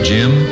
Jim